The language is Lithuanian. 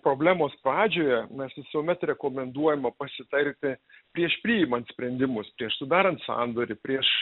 problemos pradžioje mes visuomet rekomenduojame pasitarti prieš priimant sprendimus prieš sudarant sandorį prieš